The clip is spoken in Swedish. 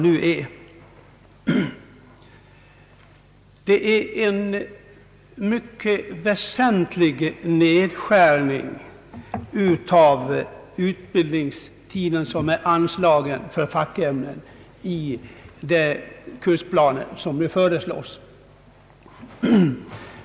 Det är emellertid en mycket väsentlig nedskärning av utbildningstiden i fackämnen i de kursplaner som nu föreslås.